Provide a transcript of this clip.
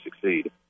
succeed